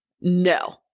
no